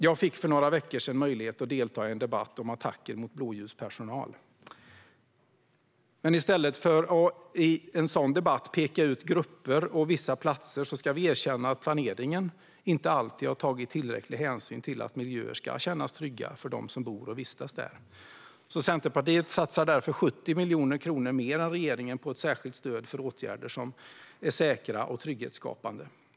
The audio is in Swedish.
Jag fick för några veckor sedan möjlighet att delta i en debatt om attacker mot blåljuspersonal. Men i stället för att i en sådan debatt peka ut vissa grupper och platser ska vi erkänna att planeringen inte alltid har tagit tillräcklig hänsyn till att miljöer ska kännas trygga för dem som bor och vistas där. Centerpartiet satsar därför 70 miljoner mer än regeringen på ett särskilt stöd för åtgärder som är säkra och trygghetsskapande.